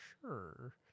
sure